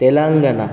Telangana